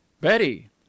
betty